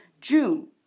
June